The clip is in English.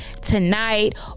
tonight